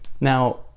Now